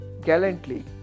gallantly